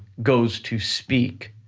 goes to speak,